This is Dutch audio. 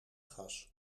gas